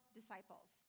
disciples